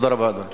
תודה רבה, אדוני.